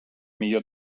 millor